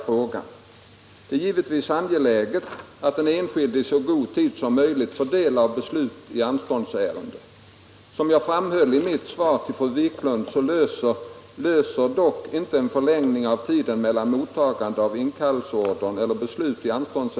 Skadan är då redan skedd, och beskedet att anstånd beviljats reparerar icke den förlust som den inkallade drabbats av.